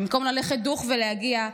במקום ללכת דוך ולהגיע,